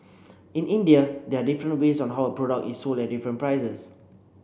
in India there are different ways on how a product is sold at different prices